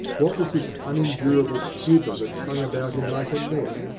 what was this unendurable stupor that clung about him like a net?